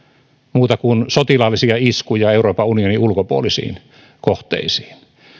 muuta kuin sotilaallisia iskuja euroopan unionin ulkopuolisiin kohteisiin